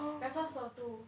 breakfast for two